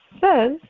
says